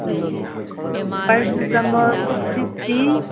um paracetamol six fifty